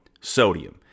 sodium